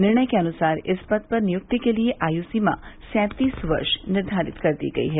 निर्णय के अनुसार इस पद पर नियुक्ति के लिये आयु सीमा सैंतीस वर्ष निर्धारित कर दी गई है